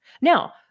Now